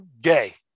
gay